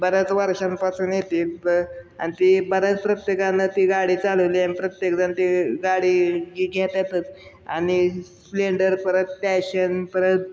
बऱ्याच वर्षांपासून येते ब आणि ती बऱ्याच प्रत्येकांना ती गाडी चालवली आणि प्रत्येकजण ती गाडी घेत्यातच आणि स्प्लेंडर परत पॅशन परत